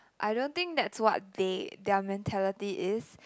I don't think that's what they their mentality is